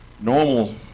normal